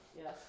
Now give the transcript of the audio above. Yes